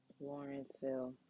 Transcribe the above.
Lawrenceville